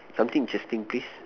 something interesting please